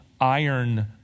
iron